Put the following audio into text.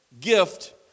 Gift